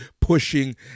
pushing